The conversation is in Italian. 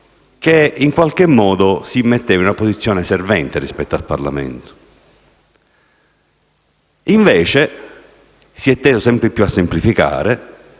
che in qualche modo si mettesse in una posizione servente rispetto al Parlamento. Invece, si è teso sempre più a semplificare;